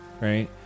right